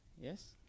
Yes